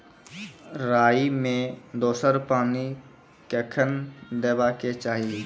राई मे दोसर पानी कखेन देबा के चाहि?